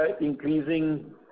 increasing